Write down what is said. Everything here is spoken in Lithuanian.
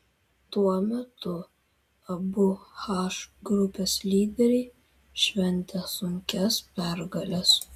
tuo metu abu h grupės lyderiai šventė sunkias pergales